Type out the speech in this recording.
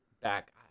back